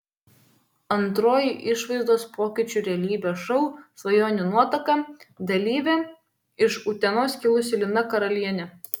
antroji išvaizdos pokyčių realybės šou svajonių nuotaka dalyvė iš utenos kilusi lina karalienė